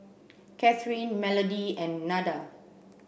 Cathryn Melodee and Nada